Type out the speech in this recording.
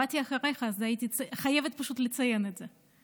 באתי אחריך, אז הייתי חייבת לציין את זה.